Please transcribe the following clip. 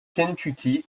kentucky